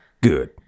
Good